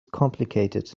complicated